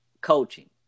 coaching